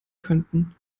könnten